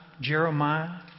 Jeremiah